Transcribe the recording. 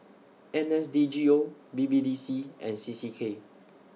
N S D G O B B D C and C C K